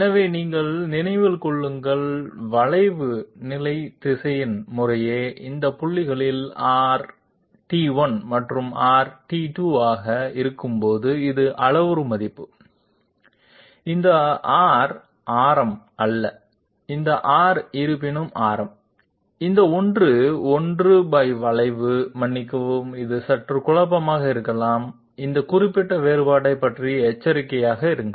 எனவே நீங்கள் நினைவில் கொள்ளுங்கள் வளைவு நிலை திசையன் முறையே இந்த புள்ளிகளில் R மற்றும் R ஆக இருக்கும்போது இது அளவுரு மதிப்பு இந்த R ஆரம் அல்ல இந்த R இருப்பினும் ஆரம் இந்த ஒன்று 1வளைவு மன்னிக்கவும் இது சற்று குழப்பமாக இருக்கலாம் இந்த குறிப்பிட்ட வேறுபாட்டைப் பற்றி எச்சரிக்கையாக இருங்கள்